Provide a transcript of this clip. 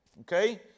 okay